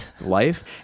life